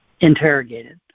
interrogated